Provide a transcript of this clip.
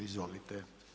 Izvolite.